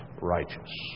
righteous